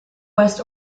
west